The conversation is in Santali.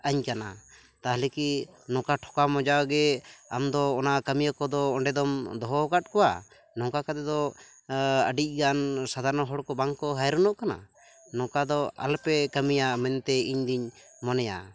ᱟᱹᱧ ᱠᱟᱱᱟ ᱛᱟᱦᱚᱞᱮ ᱠᱤ ᱱᱚᱠᱟ ᱴᱷᱚᱠᱟᱣ ᱢᱚᱡᱟᱜᱮ ᱟᱢ ᱫᱚ ᱚᱱᱟ ᱠᱟᱹᱢᱤᱭᱟᱹ ᱠᱚᱫᱚ ᱚᱸᱰᱮᱫᱚᱢ ᱫᱚᱦᱚᱣ ᱟᱠᱟᱫ ᱠᱚᱣᱟ ᱱᱚᱝᱠᱟ ᱠᱟᱛᱮᱫᱚ ᱟᱹᱰᱤᱜᱟᱱ ᱥᱟᱫᱷᱟᱨᱚᱱ ᱦᱚᱲᱠᱚ ᱵᱟᱝᱠᱚ ᱦᱟᱭᱨᱟᱱᱚᱜ ᱠᱟᱱᱟ ᱱᱚᱠᱟᱫᱚ ᱟᱞᱯᱮ ᱠᱟᱹᱢᱤᱭᱟ ᱢᱮᱱᱛᱮ ᱤᱧᱫᱚᱧ ᱢᱚᱱᱮᱭᱟ